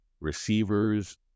receivers